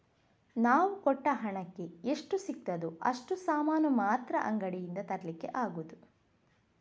ನಾವು ಕೊಟ್ಟ ಹಣಕ್ಕೆ ಎಷ್ಟು ಸಿಗ್ತದೋ ಅಷ್ಟು ಸಾಮಾನು ಮಾತ್ರ ಅಂಗಡಿಯಿಂದ ತರ್ಲಿಕ್ಕೆ ಆಗುದು